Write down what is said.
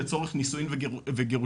לצורך נישואין וגירושין,